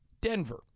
Denver